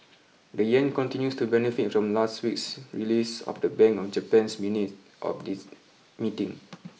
the yen continues to benefit from last weeks release of the Bank of Japan's minute of this meeting